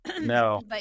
no